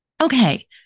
Okay